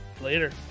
later